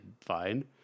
fine